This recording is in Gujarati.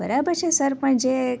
બરાબર છે સર પણ જે